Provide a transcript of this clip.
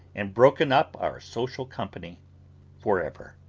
and broken up our social company for ever.